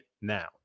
now